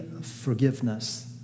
forgiveness